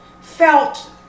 felt